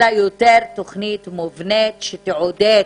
אלא יותר תוכנית מובנית שתעודד